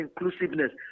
inclusiveness